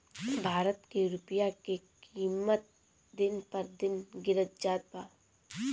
भारत के रूपया के किमत दिन पर दिन गिरत जात बा